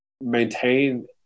maintain